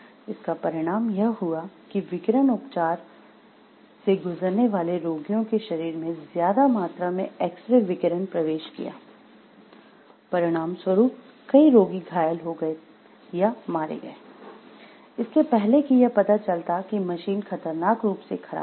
इसका परिणाम यह हुआ कि विकिरण उपचार से गुजरने वाले रोगियों के शरीर में ज्यादा मात्रा में एक्स रे विकिरण प्रवेश किया परिणामस्वरूप कई रोगी घायल हो गए या मारे गए इसके पहले कि यह पता चलता कि मशीन खतरनाक रूप से खराब थी